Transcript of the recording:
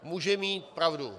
Může mít pravdu.